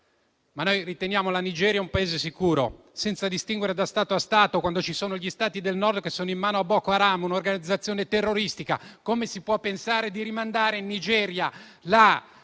Ma noi riteniamo la Nigeria un Paese sicuro, senza distinguere da Stato a Stato, quando ci sono gli Stati del Nord che sono in mano a Boko Haram, un'organizzazione terroristica? Come si può pensare di rimandarli in Nigeria,